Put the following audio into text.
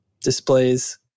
displays